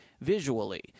visually